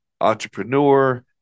entrepreneur